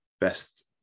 best